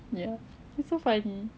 ya it's so funny